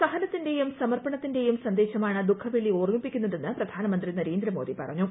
സഹനത്തിന്റെയും സമർപ്പണത്തിന്റെയും സന്ദേശമാണ് ദുഖവെള്ളി ഓർമ്മിപ്പിക്കുന്നതെന്ന് പ്രധാനമന്ത്രി നരേന്ദ്രമോദി പറഞ്ഞു